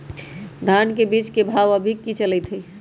धान के बीज के भाव अभी की चलतई हई?